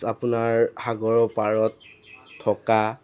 আপোনাৰ সাগৰৰ পাৰত থকা